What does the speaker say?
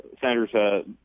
Sanders